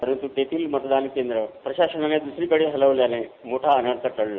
परंतु तेथील मतदान केंद्र प्रशासनाने दुसरीकडे हलविल्याने मोठा अनर्थ टळला